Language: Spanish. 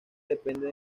depende